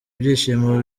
ibyishimo